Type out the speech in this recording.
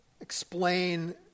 explain